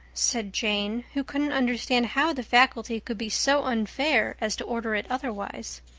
said jane, who couldn't understand how the faculty could be so unfair as to order it otherwise.